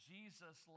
Jesus